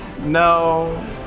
No